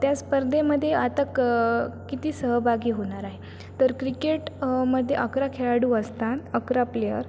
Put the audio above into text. त्या स्पर्धेमध्ये आता क किती सहभागी होणार आहे तर क्रिकेट मध्ये अकरा खेळाडू असतात अकरा प्लेयर